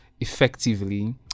effectively